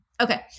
Okay